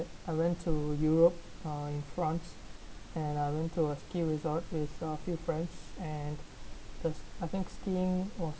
I went to europe uh in france and I went to ski resort with uh few friends and I think skiing was